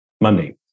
money